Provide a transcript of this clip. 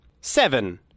seven